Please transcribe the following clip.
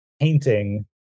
painting